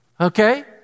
Okay